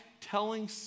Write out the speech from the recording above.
telling